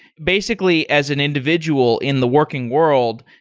basically, as an individual in the working world,